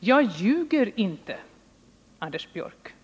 Jag ljuger inte, Anders Björck!